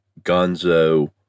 gonzo